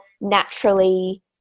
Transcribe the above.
naturally